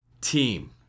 team